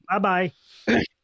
Bye-bye